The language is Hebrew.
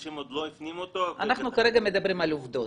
אנשים עוד לא הפנימו אותו --- אנחנו כרגע מדברים על עובדות,